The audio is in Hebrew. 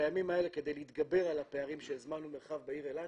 כדי להתגבר על הפערים של זמן ומרחב בעיר אילת,